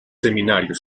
seminarios